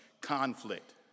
conflict